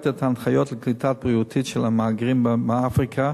את ההנחיות לקליטה בריאותית של מהגרים מאפריקה.